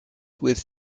with